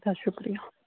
اَدٕ حَظ شُکریہ